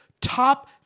Top